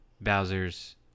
Bowser's